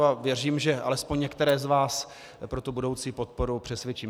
A věřím, že alespoň některé z vás pro tu budoucí podporu přesvědčím.